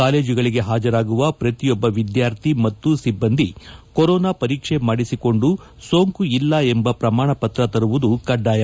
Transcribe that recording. ಕಾಲೇಜುಗಳಿಗೆ ಹಾಜರಾಗುವ ಪ್ರತಿಯೊಬ್ಬ ವಿದ್ಯಾರ್ಥಿ ಮತ್ತು ಸಿಬ್ಬಂದಿ ಕೊರೋನಾ ಪರೀಕ್ಷೆ ಮಾಡಿಸಿಕೊಂಡು ಸೋಂಕು ಇಲ್ಲ ಎಂಬ ಪ್ರಮಾಣ ಪತ್ರ ತರುವುದು ಕಡ್ಡಾಯವಾಗಿದೆ